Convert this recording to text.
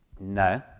No